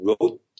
wrote